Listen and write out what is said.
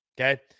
okay